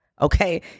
Okay